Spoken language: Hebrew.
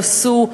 עשו,